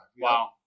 Wow